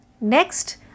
Next